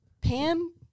Pam